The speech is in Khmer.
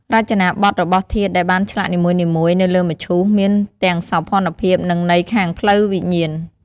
រចនាបទរបស់ធាតុដែលបានឆ្លាក់នីមួយៗនៅលើមឈូស មានទាំងសោភ័ណភាព និង ន័យខាងផ្លូវវិញ្ញាណ។